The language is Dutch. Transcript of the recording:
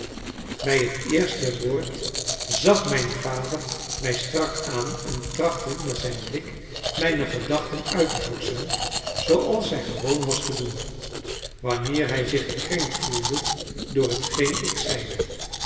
bij het eerste woord zag mijn vader mij strak aan en trachtte met zijn blik mijne gedachte uit te vorschen zooals hij gewoon was te doen wanneer hij zich gekrenkt gevoelde door hetgeen ik zeide